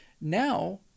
now